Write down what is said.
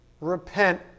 repent